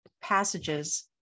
passages